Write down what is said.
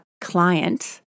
client